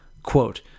Quote